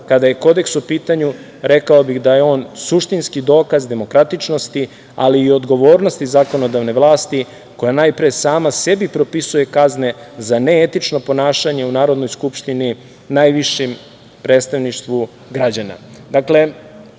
kada je Kodeks u pitanju rekao bih da je on suštinski dokaz demokratičnosti, ali i odgovornosti zakonodavne vlasti koja najpre sama sebi propisuje kazne za neetično ponašanje u Narodnoj skupštini, najvišem predstavništvu građana. Dakle,